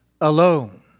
alone